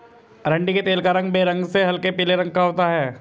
अरंडी के तेल का रंग बेरंग से हल्के पीले रंग का होता है